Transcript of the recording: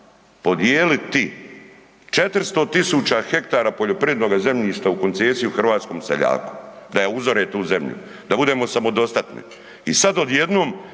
podijeliti 400 tisuća hektara poljoprivrednoga zemljišta u koncesiju hrvatskom seljaku. Da uzore tu zemlju, da budemo samodostatni